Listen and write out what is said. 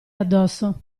addosso